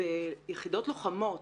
ביחידות לוחמות